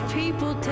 people